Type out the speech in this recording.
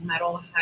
metalhead